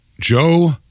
Joe